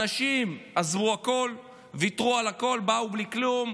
האנשים עזבו הכול, ויתרו על הכול, באו בלי כלום,